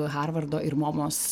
harvardo ir momos